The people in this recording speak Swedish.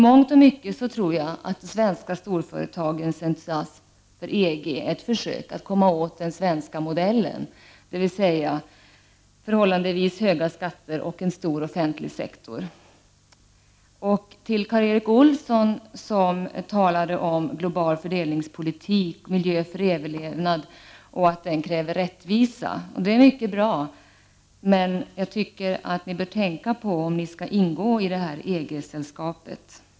Jag tror att de svenska storföretagens entusiasm för EG i mångt och mycket är ett försök att komma åt den svenska modellen, dvs. förhållandevis höga skatter och en stor offentlig sektor. Till Karl Erik Olsson, som talade om global fördelningspolitik och att en miljö för överlevnad kräver rättvisa, vill jag säga att det är mycket bra. Men jag tycker att ni bör tänka på om ni skall ingå i EG-sällskapet.